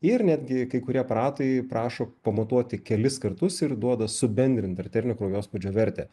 ir netgi kai kurie aparatai prašo pamatuoti kelis kartus ir duoda subendrintą arterinio kraujospūdžio vertę